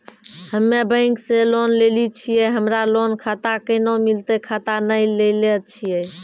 हम्मे बैंक से लोन लेली छियै हमरा लोन खाता कैना मिलतै खाता नैय लैलै छियै?